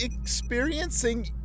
experiencing